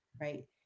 Right